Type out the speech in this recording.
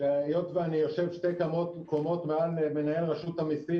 היות ואני יושב שתי קומות מעל מנהל רשות המסים,